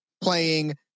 playing